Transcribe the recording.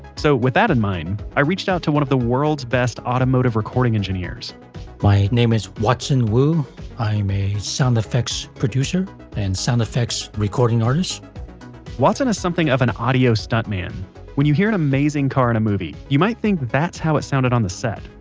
so with that in mind, i reached out to one of the worlds best automotive recording engineers my name is waston wu. i am a sound effects producer and sound effects recording artist watson is something of an audio stuntman when you hear an amazing car in a movie you might think that's how it sounded on the set.